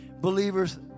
believers